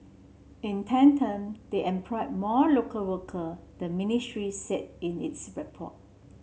in tandem they employ more local worker the ministry said in its report